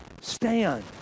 stand